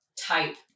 type